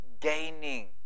gaining